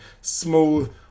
Smooth